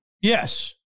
Yes